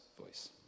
voice